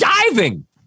diving